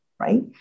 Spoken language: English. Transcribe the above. Right